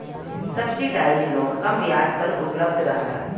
subsidise loan कम ब्याज पर उपलब्ध रहला